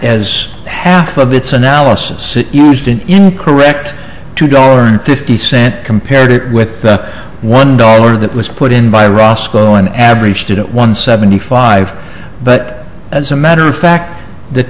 as half of its analysis used an incorrect two dollars fifty cent compared it with the one dollar that was put in by roscoe on average student one seventy five but as a matter of fact the